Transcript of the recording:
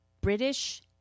British